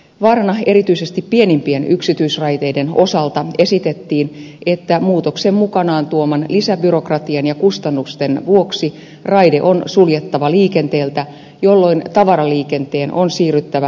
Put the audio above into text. vaarana erityisesti pienimpien yksityisraiteiden osalta esitettiin että muutoksen mukanaan tuoman lisäbyrokratian ja kustannusten vuoksi raide on suljettava liikenteeltä jolloin tavaraliikenteen on siirryttävä maantiekuljetuksiin